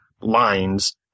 lines